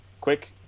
quick